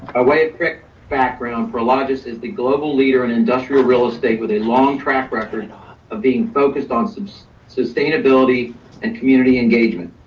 a way of quick background for largest is the global leader in industrial real estate with a long track record of being focused on sustainability and community engagement.